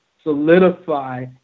solidify